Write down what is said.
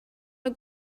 how